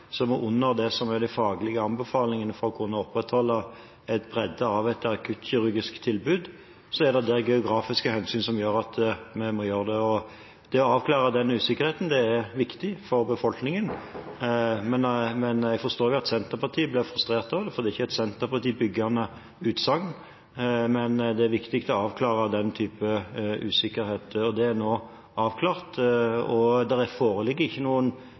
som er under det som er de faglige anbefalingene for å kunne opprettholde en bredde av et akuttkirurgisk tilbud, må vi gjøre det av geografiske hensyn. Det å avklare den usikkerheten er viktig for befolkningen. Jeg forstår at Senterpartiet blir frustrert over det, for det er ikke et senterpartibyggende utsagn. Men det er viktig å avklare den type usikkerhet, og det er nå avklart. Det foreligger heller ikke noen